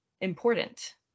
important